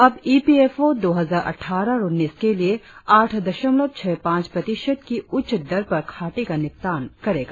अब E P F O दो हजार अट़ठारह उन्नीस के लिए आठ दशमलव छह पांच प्रतिशत की उच्च दर पर खातों का निपटान करेगा